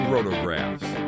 Rotographs